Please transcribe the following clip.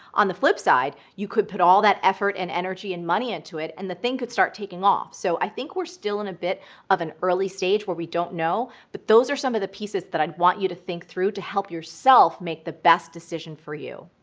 on the flip side, you could put all that effort and energy and money into it, and the thing could start taking off. so i think we're still in a bit of an early stage where we don't know, but those are some of the pieces that i'd want you to think through to help yourself make the best decision for you.